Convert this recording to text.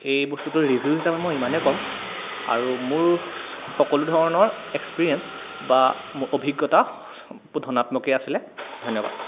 এই বস্তুটোৰ ৰিভিউ হিচাপে মই ইমানেই কম আৰু মোৰ সকলো ধৰণৰ এক্সপিৰিয়েন্স বা অভিজ্ঞতা ধনাত্মকেই আছিলে ধন্যবাদ